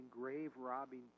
grave-robbing